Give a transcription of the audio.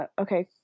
okay